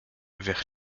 vers